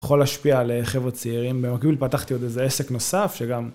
יכול להשפיע על חברה צעירים במקביל פתחתי עוד איזה עסק נוסף שגם.